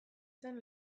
zen